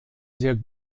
sehr